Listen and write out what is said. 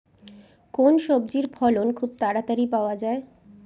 কোন সবজির ফলন খুব তাড়াতাড়ি পাওয়া যায়?